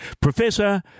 Professor